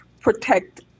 protect